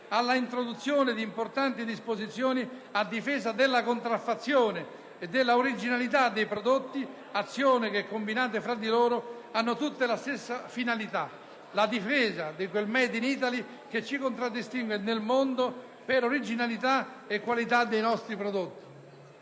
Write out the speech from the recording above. all'introduzione di importanti disposizioni a difesa della contraffazione e dell'originalità dei prodotti, azioni che combinate tra loro hanno tutte la stessa finalità: difesa di quel *made in Italy* che ci contraddistingue nel mondo per originalità e qualità dei nostri prodotti.